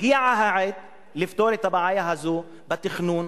הגיעה העת לפתור את הבעיה הזו בתכנון,